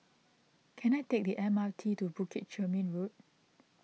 can I take the M R T to Bukit Chermin Road